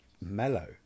mellow